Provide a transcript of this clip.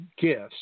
gifts